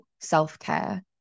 self-care